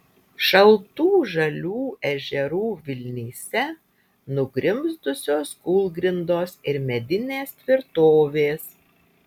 šaltų žalių ežerų vilnyse nugrimzdusios kūlgrindos ir medinės tvirtovės